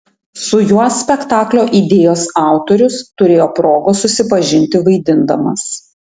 su juo spektaklio idėjos autorius turėjo progos susipažinti vaidindamas